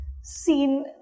seen